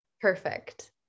Perfect